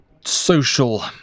social